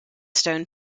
stone